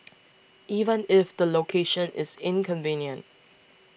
even if the location is inconvenient